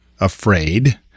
afraid